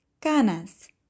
canas